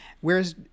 Whereas